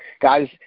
guys